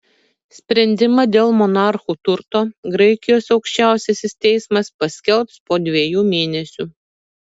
sprendimą dėl monarchų turto graikijos aukščiausiasis teismas paskelbs po dviejų mėnesių